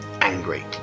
angry